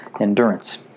endurance